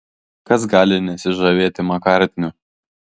kas gali nesižavėti makartniu